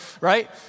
right